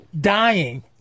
dying